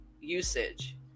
usage